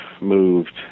moved